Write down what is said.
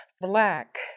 Black